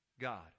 god